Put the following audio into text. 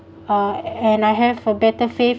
uh and I have a better faith